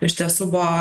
iš tiesų buvo